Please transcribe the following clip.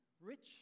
rich